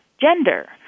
gender